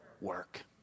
work